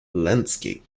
landscape